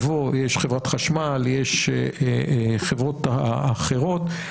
יש חברת חשמל, יש חברות אחרות.